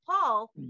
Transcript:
paul